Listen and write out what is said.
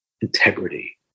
integrity